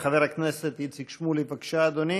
חבר הכנסת איציק שמולי, בבקשה, אדוני,